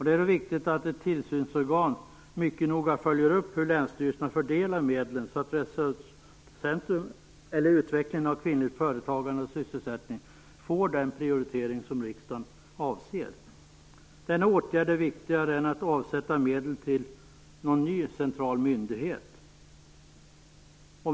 Det är viktigt att ett tillsynsorgan mycket noga följer upp hur länsstyrelserna fördelar medlen så att resurscentrum eller utvecklingen av kvinnligt företagande och sysselsättning får den prioritering som riksdagen avser. Denna åtgärd är viktigare än att avsätta medel till någon ny central myndighet.